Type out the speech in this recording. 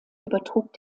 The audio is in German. übertrug